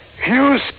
Hughes